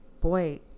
boy